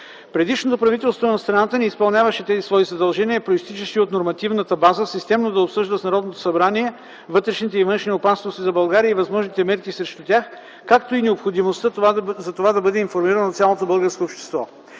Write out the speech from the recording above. Предишното правителство на страната не изпълняваше тези свои задължения, произтичащи от нормативната база, системно да обсъжда в Народното събрание вътрешните и външните опасности за България и възможните мерки срещу тях, както и необходимостта за това да бъде информирано цялото българско общество.